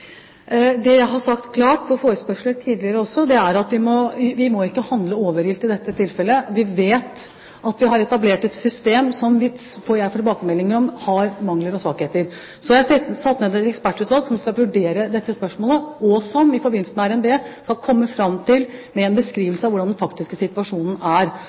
Det jeg har sagt klart på forespørsel også tidligere, er at vi ikke må handle overilt i dette tilfellet. Vi vet at vi har etablert et system som har – får jeg tilbakemeldinger om – mangler og svakheter. Jeg har satt ned et ekspertutvalg som skal vurdere dette spørsmålet, og som – i forbindelse med RNB – skal komme fram til en beskrivelse av hvordan den faktiske situasjonen er.